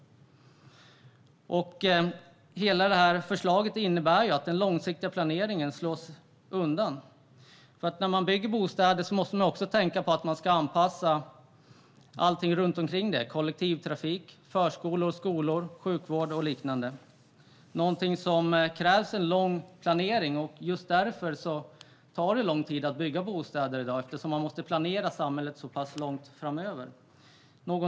Hela detta förslag innebär att den långsiktiga planeringen slås undan. När man bygger bostäder måste man tänka på att anpassa allting runt omkring - kollektivtrafik, förskolor och skolor, sjukvård och liknande. För detta krävs långsiktig planering, och just därför - för att man måste planera samhället för så lång tid framåt - tar det lång tid att bygga bostäder i dag.